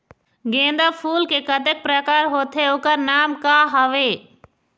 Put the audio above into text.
गेंदा फूल के कतेक प्रकार होथे ओकर नाम का हवे?